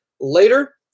later